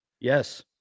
Yes